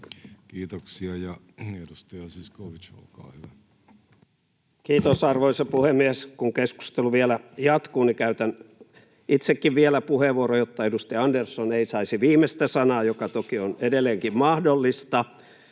muuttamisesta Time: 14:40 Content: Kiitos, arvoisa puhemies! Kun keskustelu vielä jatkuu, käytän itsekin vielä puheenvuoron, jotta edustaja Andersson ei saisi viimeistä sanaa — mikä toki on edelleenkin mahdollista.